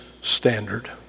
standard